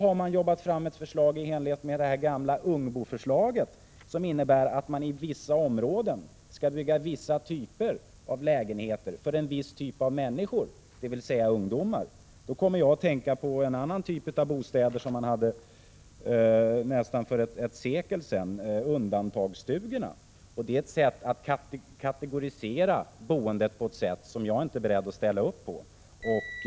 Har man jobbat fram något förslag i enlighet med det gamla Ungbo-förslaget, som innebar att man i vissa områden skulle bygga vissa typer av lägenheter för en viss typ av människor, nämligen ungdomar? Då kommer jag att tänka på en annan typ av bostäder som man hade för nästan ett sekel sedan, nämligen undantagsstugorna. Detta är ett sätt att kategorisera boendet på som jag inte är beredd att ställa — Prot. 1986/87:50 upp på.